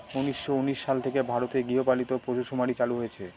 উনিশশো উনিশ সাল থেকে ভারতে গৃহপালিত পশুসুমারী চালু হয়েছে